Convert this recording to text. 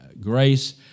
grace